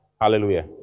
Hallelujah